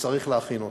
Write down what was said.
שצריך להכין אותן.